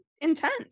intense